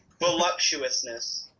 Voluptuousness